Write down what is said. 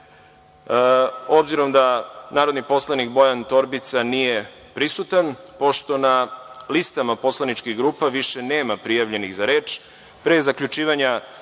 reda. Obzirom da narodni poslanik Bojan Torbica nije prisutan, pošto na listama poslaničkih grupa više nema prijavljenih za reč, pre zaključivanja